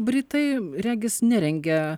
britai regis nerengia